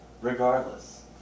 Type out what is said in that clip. regardless